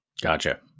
gotcha